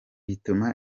bituma